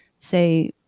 say